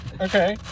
okay